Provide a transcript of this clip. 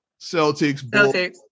Celtics